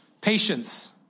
Patience